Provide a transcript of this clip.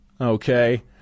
Okay